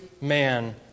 man